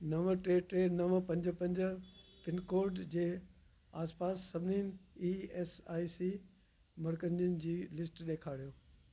नव टे टे नव पंज पंज पिनकोड जे आसपास सभिनी ई एस आई सी मर्कजनि जी लिस्ट ॾेखारियो